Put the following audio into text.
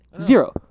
Zero